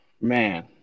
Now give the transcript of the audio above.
man